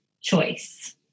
choice